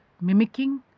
mimicking